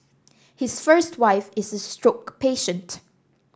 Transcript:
his first wife is a stroke patient